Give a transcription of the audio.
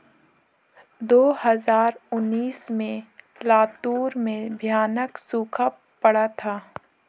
दो हज़ार उन्नीस में लातूर में भयानक सूखा पड़ा था